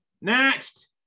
next